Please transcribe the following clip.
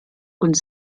und